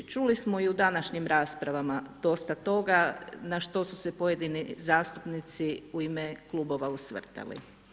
Čuli smo i u današnjim raspravama dosta toga na što su se pojedini zastupnici u ime klubova osvrtali.